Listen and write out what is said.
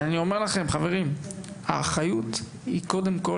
אבל האחריות היא קודם כל